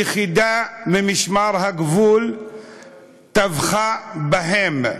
יחידה ממשמר הגבול טבחה בהם.